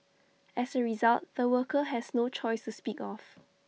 as A result the worker has no choice to speak of